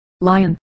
lion